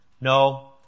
No